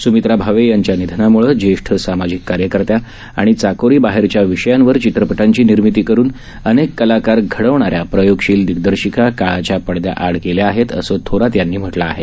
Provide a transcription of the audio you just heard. स्मित्रा भावे यांच्या निधनाम्ळे ज्येष्ठ सामाजिक कार्यकर्त्या व चाकोरी बाहेरच्या विषयांवर चित्रपटांची निर्मिती करून अनेक कलाकार घडवणाऱ्या प्रयोगशील दिग्दर्शिका काळाच्या पडदयाआड गेल्या आहेत असं थोरात यांनी म्हटलं आहे